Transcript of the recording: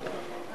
1